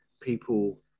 people